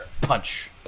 Punch